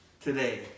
today